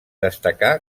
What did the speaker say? destacà